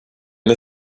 the